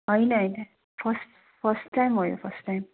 होइन होइन first first time हो यो फर्स्ट टाइम